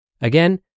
Again